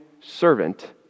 servant